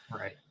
Right